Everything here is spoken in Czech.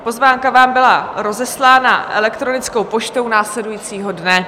Pozvánka vám byla rozeslána elektronickou poštou následujícího dne.